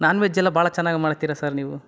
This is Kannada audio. ನಾನ್ವೆಜ್ ಎಲ್ಲ ಭಾಳ ಚೆನ್ನಾಗಿ ಮಾಡ್ತೀರ ಸರ್ ನೀವು